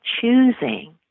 choosing